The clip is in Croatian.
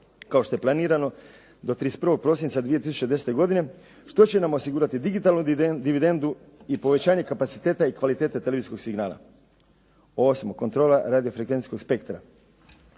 kao što je planirano do 31. prosinca 2010. godine što će nam osigurati digitalnu dividendu i povećanje kapaciteta i kvalitete televizijskog signala. 8. kontrola radio frekvencijskog spektra.